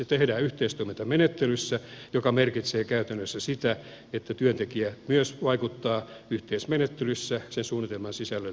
se tehdään yhteistoimintamenettelyssä joka merkitsee käytännössä sitä että työntekijä myös vaikuttaa yhteismenettelyssä sen suunnitelman sisällön rakentamiseen